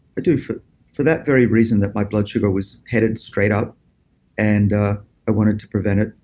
do for for that very reason that my blood sugar was headed straight up and ah i wanted to prevent it.